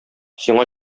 сиңа